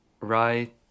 Right